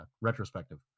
retrospective